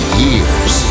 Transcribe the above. years